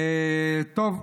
טוב,